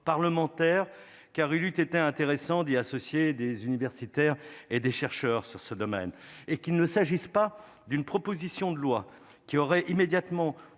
parlementaires car il eut été intéressant d'y associer des universitaires et des chercheurs sur ce domaine et qu'il ne s'agissait pas d'une proposition de loi qui aurait immédiatement